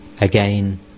Again